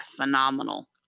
phenomenal